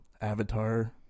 Avatar